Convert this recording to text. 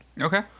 Okay